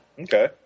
Okay